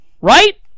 Right